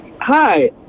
Hi